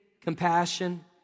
compassion